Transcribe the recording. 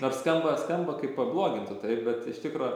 nors skamba skamba kaip pablogintų taip bet iš tikro